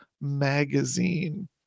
Magazine